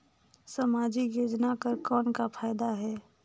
समाजिक योजना कर कौन का फायदा है?